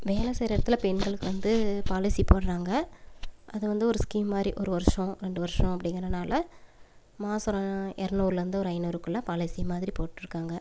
வேலை செய்கிற இடத்துல பெண்களுக்கு வந்து பாலிசி போடுறாங்க அது வந்து ஒரு ஸ்கீம் மாதிரி ஒரு வருடம் ரெண்டு வருடம் அப்டிங்கிறனால மாதம் இரநூறுலேருந்து ஒரு ஐநூறுக்குள்ளே பாலிசி மாதிரி போட்டுருக்காங்க